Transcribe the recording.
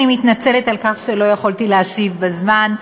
אני מתנצלת על כך שלא יכולתי להשיב בזמן,